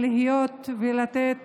להיות ולתת